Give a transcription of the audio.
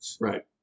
Right